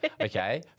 Okay